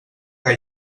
que